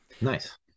Nice